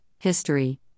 History